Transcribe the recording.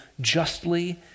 justly